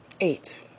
Eight